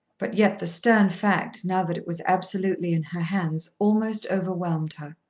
but yet the stern fact, now that it was absolutely in her hands, almost overwhelmed her.